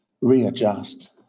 readjust